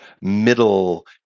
middle